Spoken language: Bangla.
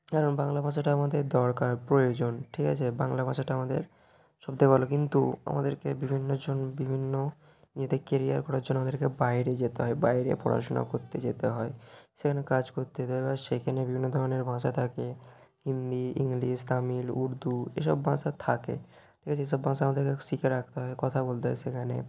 কারণ বাংলা ভাষাটা আমাদের দরকার প্রয়োজন ঠিক আছে বাংলা ভাষাটা আমাদের সবথেকে ভালো কিন্তু আমাদেরকে বিভিন্নজন বিভিন্ন ইয়েতে কেরিয়ার করার জন্য আমাদেরকে বাইরে যেতে হয় বাইরে পড়াশোনা করতে যেতে হয় সেখানে কাজ করতে যেতে হবে আর সেখানে বিভিন্ন ধরনের ভাষা থাকে হিন্দি ইংলিশ তামিল উর্দু এসব ভাষা থাকে ঠিক আছে এসব ভাষা আমাদেরকে শিখে রাখতে হয় কথা বলতে হয় সেখানে